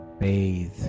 bathe